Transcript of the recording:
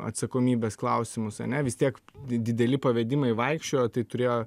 atsakomybės klausimus ane vis tiek di dideli pavedimai vaikščiojo tai turėjo